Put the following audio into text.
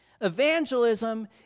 Evangelism